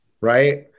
right